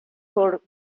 por